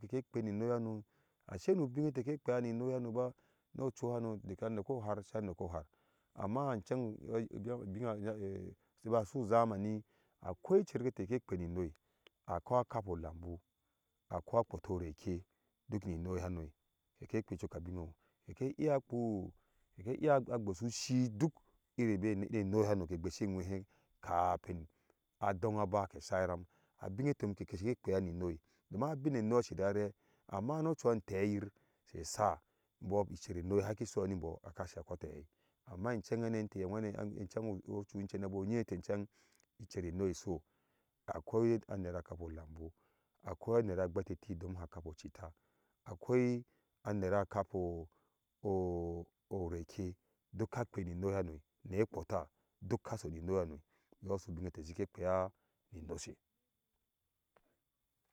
Kekɛ kpeiya ni ŋoi hano ashei nu binne te e kpeya ni ŋoi hano ba no ɔchuhano ba doka ŋnokɔɔ har sei aŋnokɔ har amma icheng shiba su zamani a koi icherkw keɛɛ kpei ni ŋɔɔoi akoi akapɔ lambu akɔia kpotɔ reke duk ni ŋnoi hano kɛkɛ kpe cokabiu nyom kɛkɛ iyaa kpeu kɛkɛ iyaa gbesh shi duk iri bɛ ŋnoi hano ke gbeshe nwehe kapin adongho abake shai ram abinne tɛ nyom ke shike kpea ni ŋnoi domin abinne ŋnoi ashi rareh amma noh ɔchu antɛɛ yir sha sha mbɔ icher ŋnoi haki shoyɔɔ nim bɔ aka she kotɔɔ ahai amma inchene nge tɛɛ a nwehen chengeng ɔchi tɛ bɛ onyi intɛ incheng ichere ŋnoi sho okoi a neve kapo cita akoi anere kapo ɔɔreke duk ka kpe ni ŋnoi hano ekpɔtaa duk ka so ni ŋnoi hani mbo su binne tɛ tɛ kpɛya ni nosɛ.